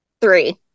Three